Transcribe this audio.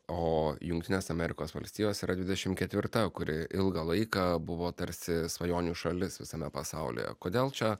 o jungtinės amerikos valstijos yra dvidešimt ketvirta kuri ilgą laiką buvo tarsi svajonių šalis visame pasaulyje kodėl čia